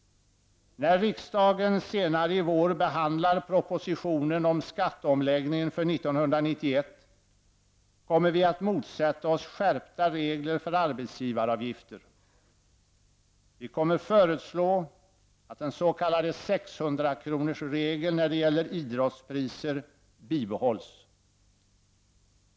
När riksdagen senare i vår behandlar propositionen om skatteomläggningen för 1991 kommer vi att motsätta oss en skärpning av reglerna för arbetsgivaravgifter. Vi kommer att föreslå att den s.k. 600-kronorsregeln när det gäller idrottspriser bibehålls.